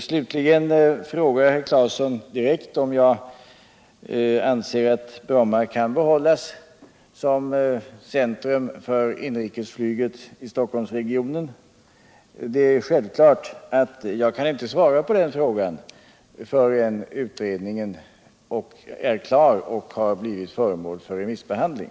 Herr Claeson frågar slutligen direkt om jag anser att Bromma kan behållas som centrum för inrikesflyget i Stockholmsregionen. Det är självklart att jag inte kan svara på den frågan förrän utredningen är klar och har blivit föremål för remissbehandling.